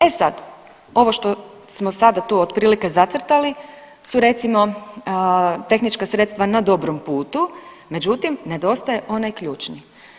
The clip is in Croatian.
E sad ovo što smo sada tu otprilike zacrtali su recimo tehnička sredstva na dobrom putu međutim nedostaje onaj ključni.